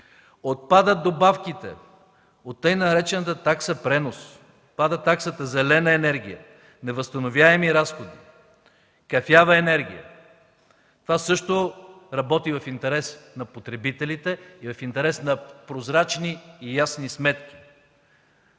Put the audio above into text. Отпадат добавките от така наречената такса пренос, отпада таксата зелена енергия, невъзстановяеми разходи, „кафява енергия”. Това също работи в интерес на потребителите и в интерес на прозрачни и ясни сметки.